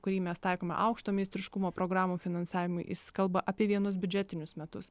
kurį mes taikome aukšto meistriškumo programų finansavimui jis kalba apie vienus biudžetinius metus